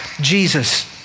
Jesus